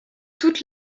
toute